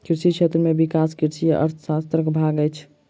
कृषि क्षेत्र में विकास कृषि अर्थशास्त्रक भाग अछि